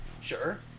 Sure